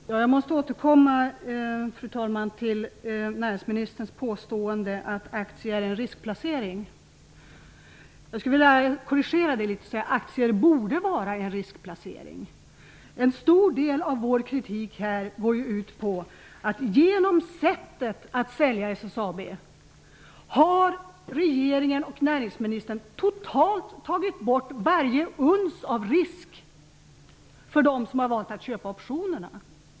Fru talman! Jag måste återkomma till näringsministerns påstående att aktier är en riskplacering. Jag skulle vilja korrigera det litet och säga att aktier borde vara en riskplacering. En stor del av vår kritik går ut på att regeringen och näringsministern genom sättet att sälja ut SSAB har tagit bort varje uns av risk för dem som har valt att köpa optionerna.